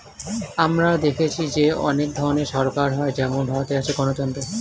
আমরা দেখেছি যে অনেক ধরনের সরকার হয় যেমন ভারতে আছে গণতন্ত্র